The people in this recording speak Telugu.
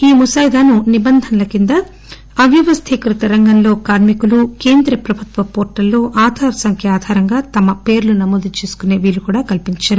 ఈ ముసాయిదాను నిబంధనల కింద అవ్యవస్థీకృత రంగంలో కార్మికులు కేంద్రప్రభుత్వ పోర్టల్లో ఆధార్ సంఖ్య ఆధారంగా తమ పేర్లు నమోదు చేసుకునే వీలు కూడా కల్పించారు